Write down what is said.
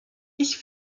ich